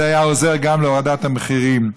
זה היה עוזר גם בהורדת המחירים.